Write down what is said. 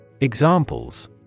Examples